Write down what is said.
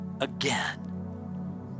again